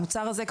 המוצר הזה,